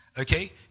Okay